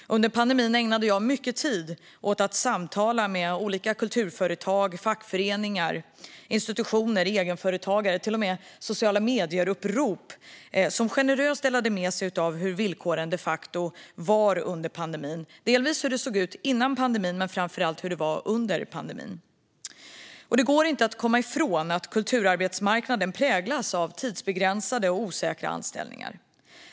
Under pandemin ägnade jag mycket tid åt att samtala med olika kulturföretag, fackföreningar, institutioner, egenföretagare och till och med sociala-medier-upprop, som generöst delade med sig av hur villkoren de facto var under pandemin - delvis hur det såg ut före pandemin men framför allt hur det var under pandemin. Det går inte att komma ifrån att kulturarbetsmarknaden präglas av tidsbegränsade och osäkra anställningar.